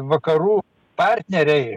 vakarų partneriai